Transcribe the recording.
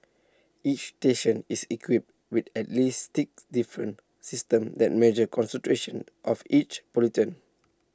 each station is equipped with at least six different systems that measure concentrations of each pollutant